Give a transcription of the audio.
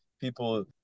people